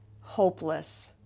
hopeless